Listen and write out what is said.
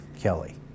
Kelly